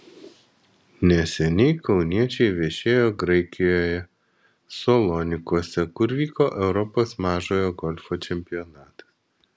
neseniai kauniečiai viešėjo graikijoje salonikuose kur vyko europos mažojo golfo čempionatas